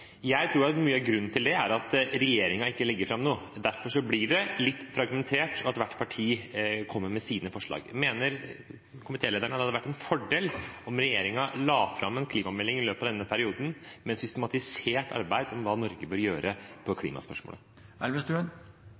Jeg tror at mye av grunnen til det er at regjeringen ikke legger fram noe. Derfor blir det litt fragmentert – hvert parti kommer med sine forslag. Mener komitélederen at det hadde vært en fordel om regjeringen la fram en klimamelding i løpet av denne perioden med et systematisert arbeid om hva Norge bør gjøre